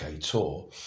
tour